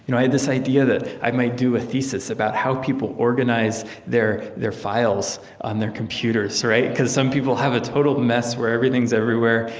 you know i had this idea that i might do a thesis about how people organize their their files on their computers, right? because some people have a total mess where everything's everywhere.